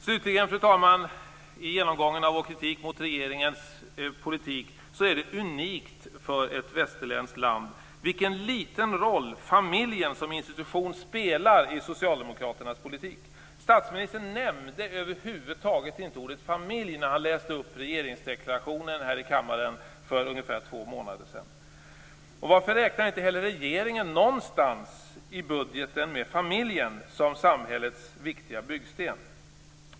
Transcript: Slutligen i genomgången av vår kritik mot regeringens politik, fru talman, är det unikt för ett västerländskt land vilken liten roll familjen som institution spelar i socialdemokraternas politik. Statsministern nämnde över huvud taget inte ordet familj när han läste upp regeringsdeklarationen här i kammaren för ungefär två månader sedan. Varför räknar inte heller regeringen någonstans i budgeten med familjen som samhällets viktiga byggsten?